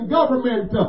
government